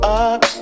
up